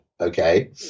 okay